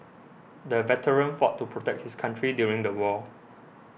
the veteran fought to protect his country during the war